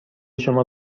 شما